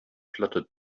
fluttered